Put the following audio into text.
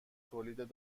تولید